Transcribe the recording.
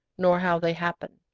nor how they happened.